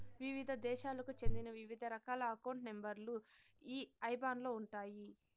వివిధ దేశాలకు చెందిన వివిధ రకాల అకౌంట్ నెంబర్ లు ఈ ఐబాన్ లో ఉంటాయి